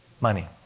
money